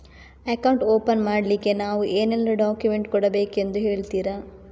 Account open ಮಾಡ್ಲಿಕ್ಕೆ ನಾವು ಏನೆಲ್ಲ ಡಾಕ್ಯುಮೆಂಟ್ ಕೊಡಬೇಕೆಂದು ಹೇಳ್ತಿರಾ?